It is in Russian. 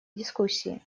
дискуссии